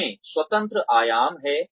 इसमें स्वतंत्र आयाम हैं